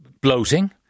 bloating